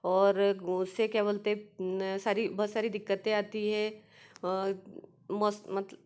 और उससे क्या बोलते हैं सारी बहुत सारी दिक्कते आती हैं मौस मत